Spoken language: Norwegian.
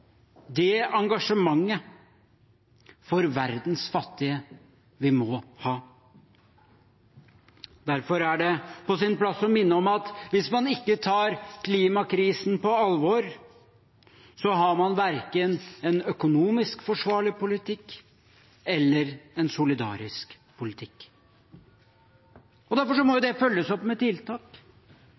det engasjementet vi må ha for verdens fattige. Derfor er det på sin plass å minne om at hvis man ikke tar klimakrisen på alvor, har man verken en økonomisk forsvarlig politikk eller en solidarisk politikk. Og derfor må det følges opp med tiltak.